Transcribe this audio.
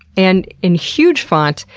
and in huge font,